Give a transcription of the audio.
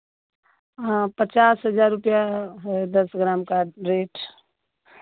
हाँ पचास हजार रुपैया है दस ग्राम का रेट